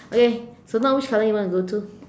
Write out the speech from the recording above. okay so now which color you want to go to